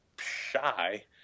shy